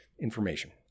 information